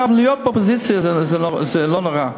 להיות באופוזיציה זה לא נורא,